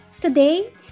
today